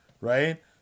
Right